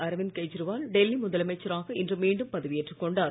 அரவிந்த் கெஜ்ரிவால் டெல்லி முதலமைச்சராக இன்று மீண்டும் பதவி ஏற்றுக் கொண்டார்